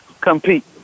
compete